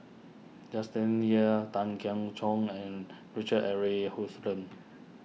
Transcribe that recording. Justin Yip Tan Keong Choon and Richard Eric Houston